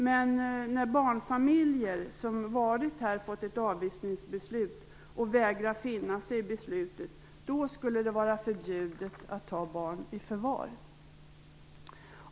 Men när barnfamiljer som varit här fått ett avvisningsbeslut och vägrade att finna sig i beslutet skulle det vara förbjudet att ta barn i förvar.